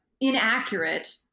inaccurate